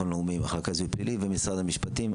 לאומי ומחלקת לזיהוי פלילי ומשרד המשפטים,